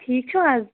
ٹھیٖک چھو حظ